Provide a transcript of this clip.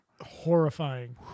Horrifying